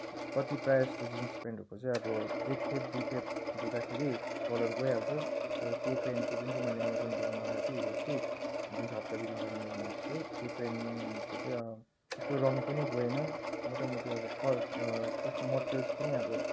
कति प्रायः जस्तो जिन्स प्यान्टहरूको चाहिँ अब एकखेप दुईखेप धुँदाखेरि कलर गइहाल्छ तर त्यो प्यान्टको जुन चाहिँ मैले एमाजोनबाट मगाएको थिए हिजो अस्ति जुन चाहिँ हप्ता दिन अगाडि मेरोमा आएको थियो त्यो प्यान्टको चाहिँ अब त्यस्तो रङ पनि गएन मोटामोटी अब क त्यसको मटेरियल्स पनि अब